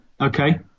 Okay